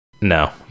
No